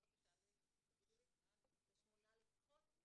הייתה בקשה ל-8 לפחות,